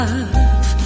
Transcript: Love